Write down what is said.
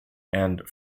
and